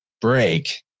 break